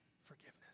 forgiveness